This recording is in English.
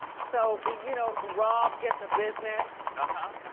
so, you know, rob gets a business. uh-huh,